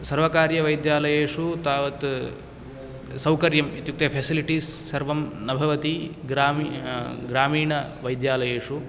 सर्वकारीय वैद्यालयेषु तावत् सौकर्यम् इत्युक्ते फेसिलिटीस् सर्वं न भवति ग्राम ग्रामीण वैद्यालयेषु